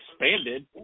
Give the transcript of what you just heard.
expanded